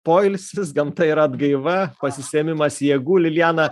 poilsis gamta yra atgaiva pasisėmimas jėgų liliana